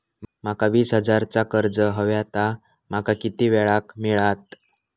माका वीस हजार चा कर्ज हव्या ता माका किती वेळा क मिळात?